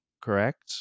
correct